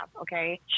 okay